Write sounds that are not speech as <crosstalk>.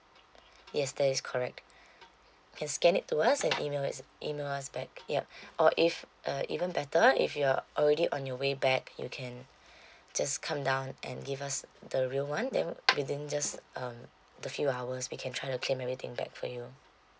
yes that is correct can scan it to us and email i~ email us back yup <breath> or if uh even better if you are already on your way back you can <breath> just come down and give us the real one then within just um the few hours we can try to claim everything back for you